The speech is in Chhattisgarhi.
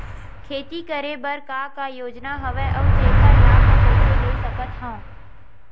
खेती करे बर का का योजना हवय अउ जेखर लाभ मैं कइसे ले सकत हव?